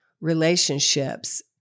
relationships